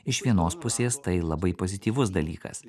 iš vienos pusės tai labai pozityvus dalykas